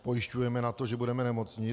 Pojišťujeme se na to, že budeme nemocní.